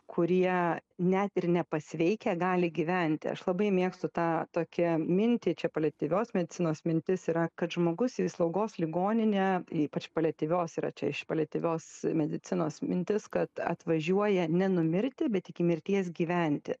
kurie net ir nepasveikę gali gyventi aš labai mėgstu tą tokią mintį čia paliatyvios medicinos mintis yra kad žmogus į slaugos ligoninę ypač paliatyvios yra čia iš paliatyvios medicinos mintis kad atvažiuoja ne numirti bet iki mirties gyventi